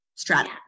strategy